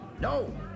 no